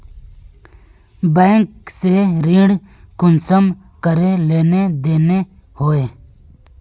Bank से ऋण कुंसम करे लेन देन होए?